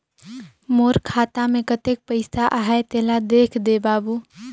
मोर खाता मे कतेक पइसा आहाय तेला देख दे बाबु?